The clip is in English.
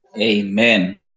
amen